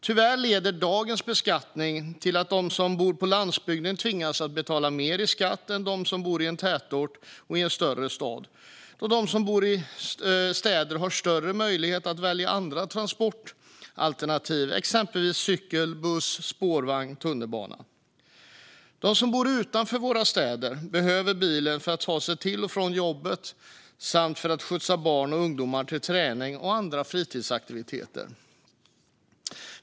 Tyvärr leder dagens beskattning till att de som bor på landsbygden tvingas betala mer i skatt än de som bor i en tätort och i en större stad, då de som bor i städer har större möjlighet att välja andra transportalternativ, exempelvis cykel, buss, spårvagn eller tunnelbana. De som bor utanför våra städer behöver bilen för att ta sig till och från jobbet samt för att skjutsa barn och ungdomar till träning och andra fritidsaktiviteter.